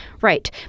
Right